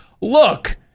look